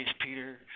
Peter